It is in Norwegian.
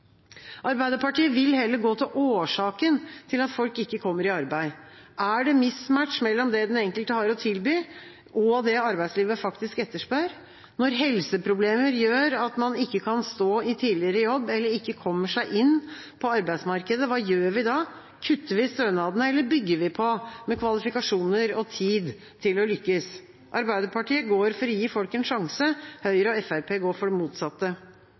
Arbeiderpartiet vil heller gå til årsaken til at folk ikke kommer i arbeid. Er det mismatch mellom det den enkelte har å tilby, og det arbeidslivet faktisk etterspør? Når helseproblemer gjør at man ikke kan stå i tidligere jobb, eller ikke kommer seg inn på arbeidsmarkedet, hva gjør vi da? Kutter vi i stønadene, eller bygger vi på med kvalifikasjoner og tid til å lykkes? Arbeiderpartiet går for å gi folk en sjanse. Høyre og Fremskrittspartiet går for det motsatte.